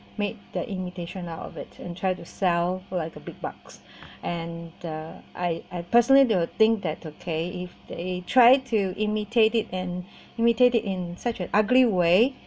made the imitation out of it and try to sell for like uh big bucks and the I I personally they will think that okay if they tried to imitate it and imitated in such an ugly way